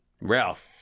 Ralph